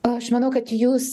aš manau kad jūs